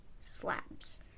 slabs